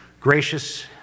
Gracious